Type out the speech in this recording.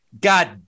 God